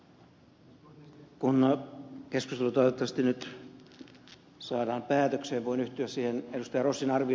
kun keskustelu toivottavasti nyt saadaan päätökseen voin yhtyä ed